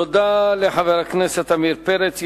תודה לחבר הכנסת עמיר פרץ.